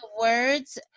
words